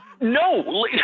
No